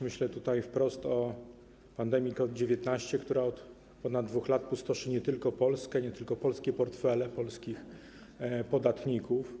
Myślę tutaj wprost o pandemii COVID-19, która od ponad 2 lat pustoszy nie tylko Polskę, nie tylko portfele polskich podatników.